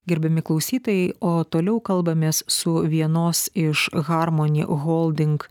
gerbiami klausytojai o toliau kalbamės su vienos iš harmony holding